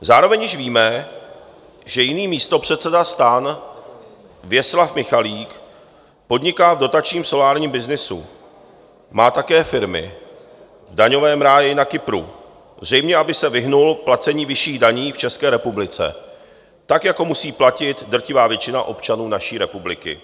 Zároveň již víme, že jiný místopředseda STAN, Věslav Michalik, podniká v dotačním solárním byznysu, má také firmy v daňovém ráji na Kypru, zřejmě aby se vyhnul placení vyšších daní v České republice, tak jako musí platit drtivá většina občanů naší republiky.